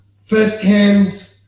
first-hand